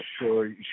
sure